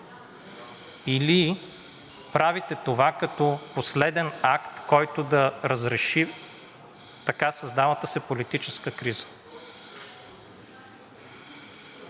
или правите това като последен акт, който да разреши така създалата се политическа криза?